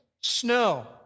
snow